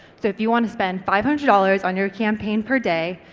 so if you want to spend five hundred dollars on your campaign per day,